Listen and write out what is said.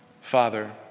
father